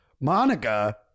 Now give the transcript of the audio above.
Monica